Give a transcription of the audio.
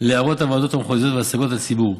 להערות הוועדות המחוזיות והשגות הציבור.